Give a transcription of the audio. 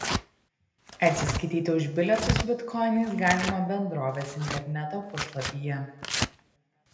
atsiskaityti už bilietus bitkoinais galima bendrovės interneto puslapyje